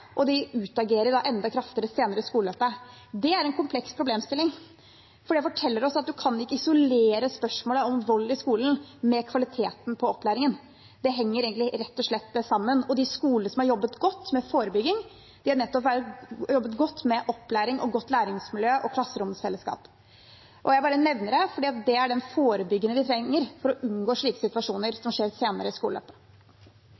og de utagerer enda kraftigere senere i skoleløpet. Det er en kompleks problemstilling, for det forteller oss at man ikke kan isolere spørsmålet om vold i skolen til kvaliteten på opplæringen. Det henger rett og slett sammen. De skolene som har jobbet godt med forebygging, har nettopp jobbet godt med opplæring, godt læringsmiljø og klasseromfellesskap. Jeg bare nevner det, for det er en slik forebygging vi trenger for å unngå at slike situasjoner